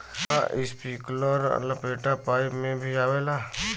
का इस्प्रिंकलर लपेटा पाइप में भी आवेला?